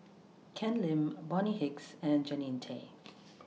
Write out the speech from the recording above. Ken Lim Bonny Hicks and Jannie Tay